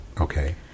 Okay